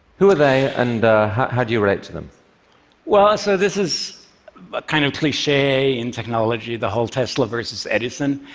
who are they and how do you relate to them? lt well, so this is kind of cliche in technology, the whole tesla versus edison,